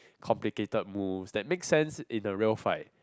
complicated moves that make sense in a real fight